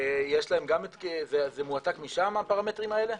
זה מועתק משם הפרמטרים האלה?